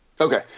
Okay